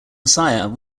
messiah